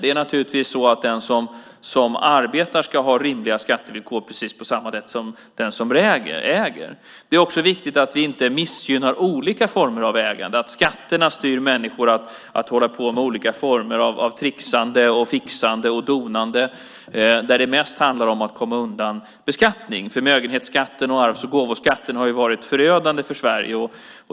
Den som arbetar ska naturligtvis ha rimliga skattevillkor precis på samma sätt som den som äger. Det är också viktigt att vi inte missgynnar olika former av ägande, så att skatterna styr människor att hålla på med olika former av tricksande och fixande och donande där det mest handlar om att komma undan beskattning. Förmögenhetsskatten och arvs och gåvoskatten har varit förödande för Sverige.